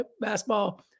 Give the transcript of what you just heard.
basketball